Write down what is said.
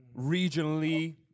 Regionally